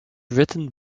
written